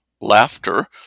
laughter